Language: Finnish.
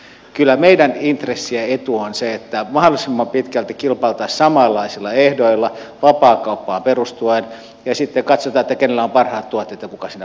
kyllä meidän intressi ja etu on se että mahdollisimman pitkälti kilpailtaisiin samanlaisilla ehdoilla vapaakauppaan perustuen ja sitten katsotaan kenellä on parhaat tuotteet ja kuka siinä pärjää